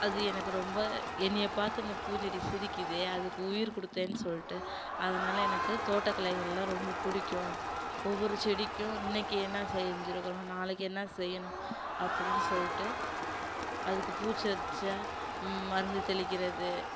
அது எனக்கு ரொம்ப என்னை பார்த்து இந்த பூ செடி சிரிக்குதே அதுக்கு உயிர் கொடுத்தேன் சொல்லிட்டு அதனால் எனக்கு தோட்டக்கலைகளெலாம் ரொம்ப பிடிக்கும் ஒவ்வொரு செடிக்கும் இன்றைக்கி என்ன செஞ்சுருக்குறோம் நாளைக்கு என்ன செய்யணும் அப்படினு சொல்லிட்டு அதுக்கு பூச்சி அரித்தா மருந்து தெளிக்கிறது